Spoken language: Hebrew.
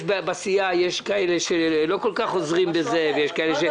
יש בסיעה כאלה שלא כל כך עוזרים בזה ויש כאלה --- זה משהו אחר,